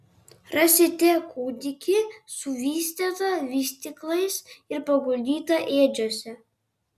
rasite kūdikį suvystytą vystyklais ir paguldytą ėdžiose